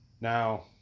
Now